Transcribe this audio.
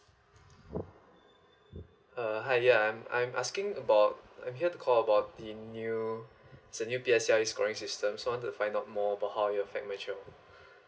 uh hi yeah I'm asking about I'm here to call about the new so new P_S_I scoring system so I want to find out more about how your fact measured